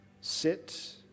sit